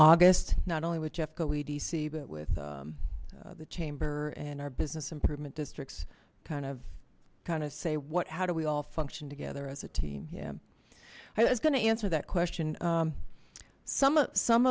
august not only with jeff go edc but with the chamber and our business improvement districts kind of kind of say what how do we all function together as a team yeah i was going to answer that question some of some